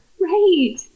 Right